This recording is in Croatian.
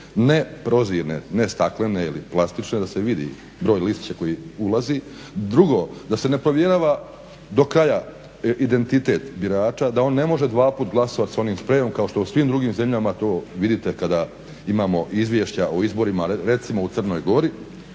ne prozirne, ne staklene ili plastične da se vidi broj listića koji ulazi. Drugo, da se ne provjerava do kraja identitet birača, da on ne može dvaput glasovat s onim sprejom kao što u svim drugim zemljama to vidite kada imamo izvješća o izborima recimo u Crnoj Gori.